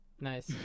Nice